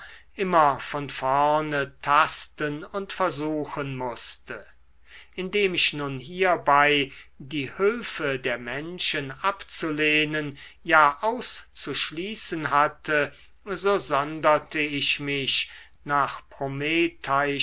immer von vorne tasten und versuchen mußte indem ich nun hierbei die hülfe der menschen abzulehnen ja auszuschließen hatte so sonderte ich mich nach